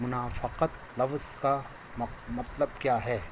منافقت لفظ کا مطلب کیا ہے